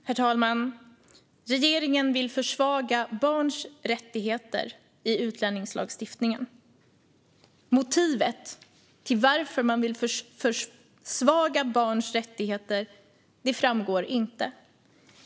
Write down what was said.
Herr talman! Regeringen vill försvaga barns rättigheter i utlänningslagstiftningen. Motivet till att man vill försvaga barns rättigheter framgår inte.